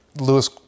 Lewis